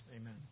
Amen